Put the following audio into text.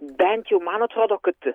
bent jau man atrodo kad